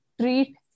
treat